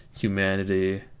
humanity